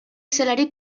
zelarik